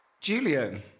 Julian